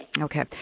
Okay